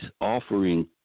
offering